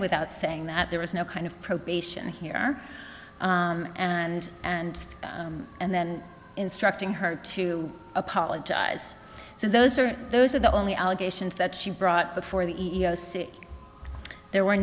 without saying that there was no kind of probation here and and and then instructing her to apologize so those are those are the only allegations that she brought before the e e o c there were